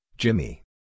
Jimmy